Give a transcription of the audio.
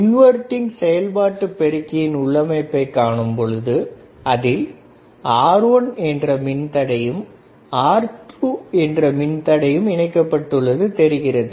inverting செயல்பாட்டு பெருக்கியின் உள்ளமைப்பை காணும் பொழுது அதில் R1 என்ற மின்தடையும் R2 என்ற மின்தடையும் இணைக்கப்பட்டுள்ளது தெரிகிறது